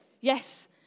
Yes